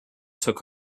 took